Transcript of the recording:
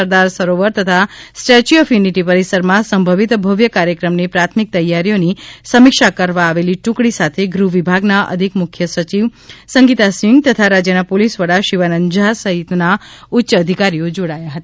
સરદાર સરોવાર તથા Statue of Unity પરિસરમાં સંભવિત ભવ્ય કાર્યક્રમની પ્રાથમિક તૈયારીઓની સમીક્ષા કરવા આવેલી ટુકડી સાથે ગૃહ વિભાગના અધિક મુખ્ય સચિવ સંગીતા સિંધ તથા રાજ્યના પોલીસ વડા શિવાનંદ ઝા સહિતના ઉચ્ય અધિકારીઓ જોડાયા હતા